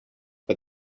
but